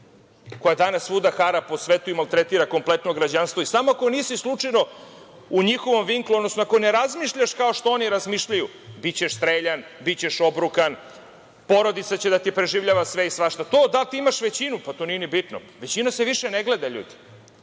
koja danas svuda hara po svetu i maltretira kompletno građanstvo i samo ako nisi slučajno u njihovom vinklu, odnosno ako ne razmišljaš kao što oni razmišljaju, bićeš streljan, bićeš obrukan, porodica će da ti preživljava sve i svašta. To da li ti imaš većinu, to nije ni bitno. Većina se više ne gleda.